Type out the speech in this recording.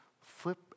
flip